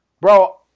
Bro